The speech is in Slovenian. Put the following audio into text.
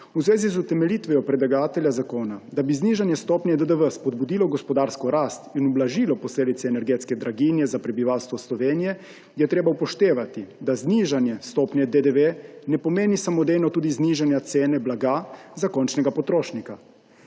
V zvezi z utemeljitvijo predlagatelja zakona, da bi znižanje stopnje DDV spodbudilo gospodarsko rast in ublažilo posledice energetske draginje za prebivalstvo Slovenije, je treba upoštevati, da znižanje stopnje DDV ne pomeni samodejno tudi znižanja cene blaga za končnega potrošnika.